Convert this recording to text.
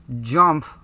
jump